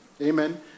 Amen